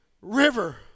river